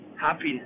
happiness